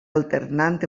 alternant